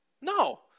No